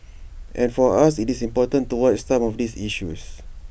and for us IT is important to watch some of these issues